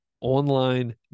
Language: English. online